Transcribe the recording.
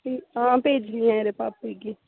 आं भेजनी आं एह्दे भापै गी